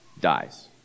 dies